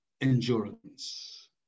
endurance